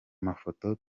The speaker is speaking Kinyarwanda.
mafoto